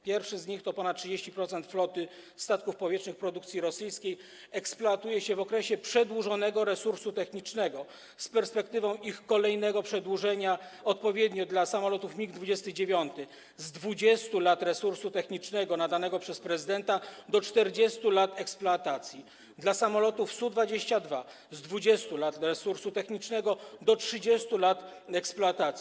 Pierwszy z nich: ponad 30% floty statków powietrznych produkcji rosyjskiej eksploatuje się w okresie przedłużonego resursu technicznego z perspektywą ich kolejnego przedłużenia odpowiednio dla samolotów MiG-29 z 20 lat resursu technicznego nadanego przez prezydenta do 40 lat eksploatacji, dla samolotów Su-22 z 20 lat resursu technicznego do 30 lat eksploatacji.